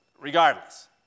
regardless